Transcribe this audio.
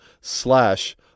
slash